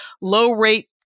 low-rate